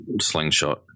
slingshot